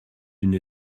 d’une